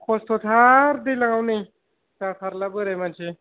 खस्ट'थार दैज्लांआव नै जाथारला बोराय मानसि